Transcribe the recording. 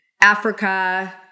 Africa